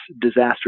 disaster